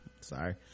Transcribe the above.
Sorry